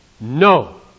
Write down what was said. no